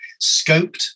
scoped